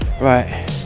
Right